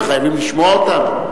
הם חייבים לשמוע אותן?